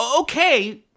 okay